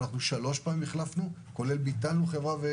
שלוש פעמים החלפנו חברה, כולל ביטול של חברה.